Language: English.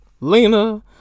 Lena